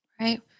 right